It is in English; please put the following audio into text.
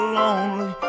lonely